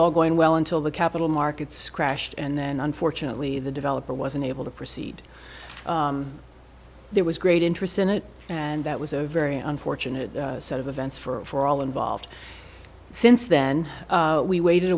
all going well until the capital markets crashed and then unfortunately the developer was unable to proceed there was great interest in it and that was a very unfortunate set of events for all involved since then we waited